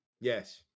Yes